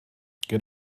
get